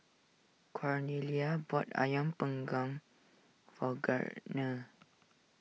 Cornelia bought Ayam Panggang for Gardner